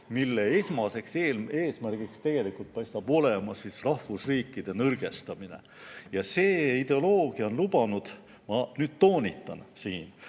mille esmaseks eesmärgiks paistab olevat rahvusriikide nõrgestamine. Ja see ideoloogia on lubanud, ma toonitan siin,